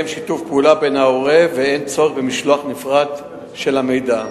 שיתוף פעולה בין ההורים ואין צורך במשלוח נפרד של המידע.